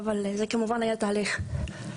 שכמובן שזה היה תהליך.